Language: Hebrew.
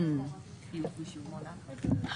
תשעה.